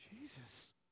jesus